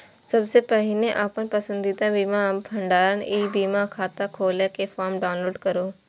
सबसं पहिने अपन पसंदीदा बीमा भंडारक ई बीमा खाता खोलै के फॉर्म डाउनलोड करू